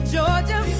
Georgia